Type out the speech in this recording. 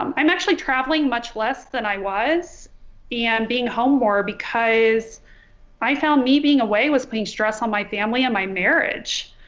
um i'm actually traveling much less than i was and being home more because i found me being away was putting stress on my family and my marriage.